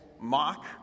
mock